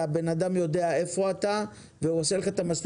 אוטובוס